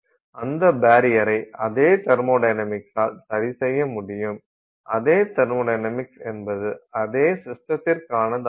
அந்தத் பரியரை அதே தெர்மொடைனமிக்ஸால் சரி செய்ய முடியும் அதே தெர்மொடைனமிக்ஸ் என்பது அதே சிஸ்டத்திற்கானதாகும்